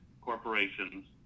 corporations